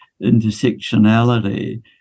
intersectionality